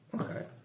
Okay